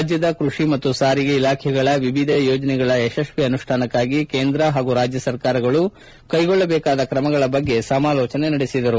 ರಾಜ್ಯದ ಕೃಷಿ ಮತ್ತು ಸಾರಿಗೆ ಇಲಾಖೆಗಳ ವಿವಿಧ ಯೋಜನೆಗಳ ಯಶಸ್ವಿ ಅನುಷ್ಠಾನಕಾಗಿ ಕೇಂದ್ರ ಹಾಗೂ ರಾಜ್ಯ ಸರ್ಕಾರಗಳು ಕೈಗೊಳ್ಳಬೇಕಾದ ಕ್ರಮಗಳ ಬಗ್ಗೆ ಸಮಾಲೋಚನೆ ನಡೆಸಿದರು